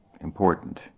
important